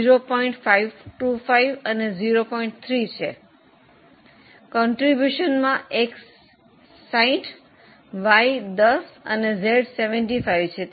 નિરપેક્ષ ફાળામાં X 60 Y 10 અને Z 75 છે